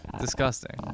Disgusting